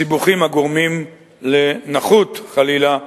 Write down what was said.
סיבוכים הגורמים לנכות, חלילה,